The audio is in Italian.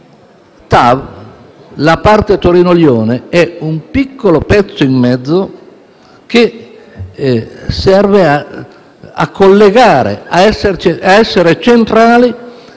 La parte Torino-Lione della TAV è un piccolo pezzo in mezzo che serve a collegare e a essere centrali